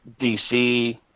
DC